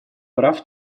прав